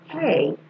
hey